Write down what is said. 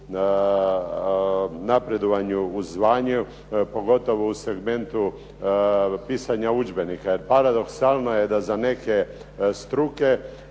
napredovanju u zvanju, pogotovo u segmentu pisanja udžbenika. Jer paradoksalno je da za neke struke